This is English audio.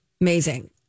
amazing